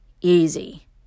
easy